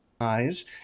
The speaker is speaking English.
eyes